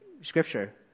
Scripture